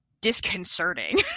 disconcerting